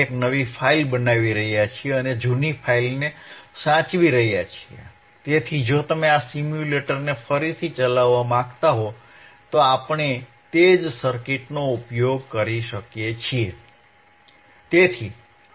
અમે એક નવી ફાઇલ બનાવી રહ્યા છીએ અને અમે જૂની ફાઇલોને સાચવી રહ્યા છીએ જેથી જો તમે આ સિમ્યુલેટરને ફરીથી ચલાવવા માંગતા હો તો આપણે તે જ સર્કિટનો ઉપયોગ કરી શકીએ